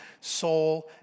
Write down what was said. soul